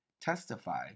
testify